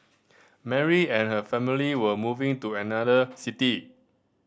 Mary and her family were moving to another city